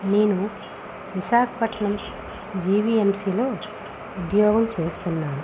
నేను విశాఖపట్నం జీవీఎంసీలో ఉద్యోగం చేస్తున్నాను